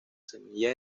semilla